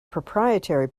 proprietary